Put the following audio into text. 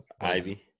Ivy